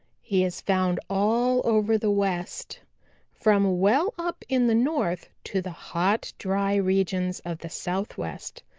he is found all over the west from well up in the north to the hot dry regions of the southwest.